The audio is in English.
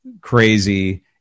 crazy